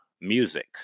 music